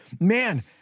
man